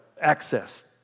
access